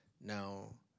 Now